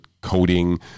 coding